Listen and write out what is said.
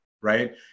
Right